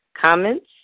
comments